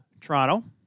Toronto